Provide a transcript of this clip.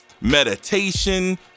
meditation